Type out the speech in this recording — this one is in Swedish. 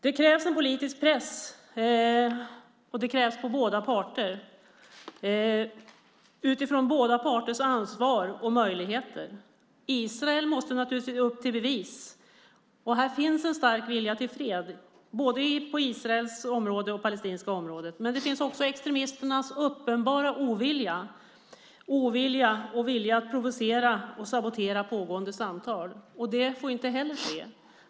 Det krävs en politisk press på båda parter utifrån båda parters ansvar och möjligheter. Israel måste naturligtvis upp till bevis. Det finns en stark vilja till fred både på Israels område och på palestinskt område. Men det finns också extremisters uppenbara ovilja och vilja att provocera och sabotera pågående samtal, och det får inte heller ske.